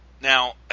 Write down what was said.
Now